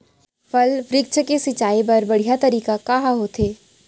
फल, वृक्षों के सिंचाई बर बढ़िया तरीका कोन ह होथे?